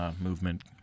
movement